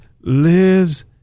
lives